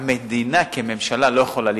המדינה כממשלה לא יכולה להתערב,